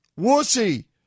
wussy